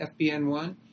fbn1